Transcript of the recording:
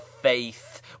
faith